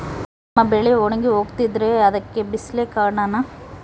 ನಮ್ಮ ಬೆಳೆ ಒಣಗಿ ಹೋಗ್ತಿದ್ರ ಅದ್ಕೆ ಬಿಸಿಲೆ ಕಾರಣನ?